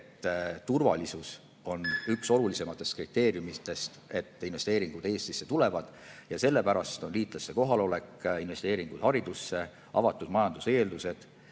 et turvalisus on üks olulisematest kriteeriumidest, et investeeringud Eestisse tulevad. Ja sellepärast on liitlaste kohalolek ja investeeringud haridusse avatud majanduse eeldused,